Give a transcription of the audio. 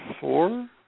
four